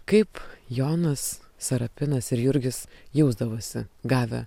kaip jonas sarapinas ir jurgis jausdavosi gavę